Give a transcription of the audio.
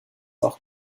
auch